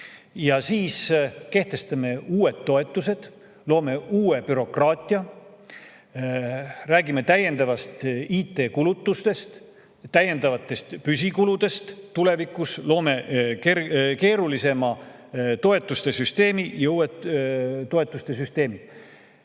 ja siis kehtestame uued toetused, loome uue bürokraatia. Räägime täiendavatest IT-kulutustest, täiendavatest püsikuludest tulevikus, loome keerulisema toetuste süsteemi, uue toetuste süsteemi